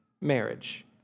marriage